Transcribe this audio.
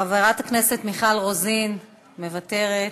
חברת הכנסת מיכל רוזין, מוותרת.